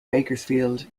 bakersfield